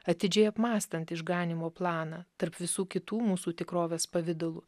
atidžiai apmąstant išganymo planą tarp visų kitų mūsų tikrovės pavidalų